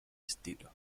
estilo